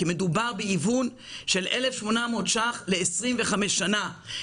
כי מדובר בהיוון של 1,800 ש"ח ל-25 שנים.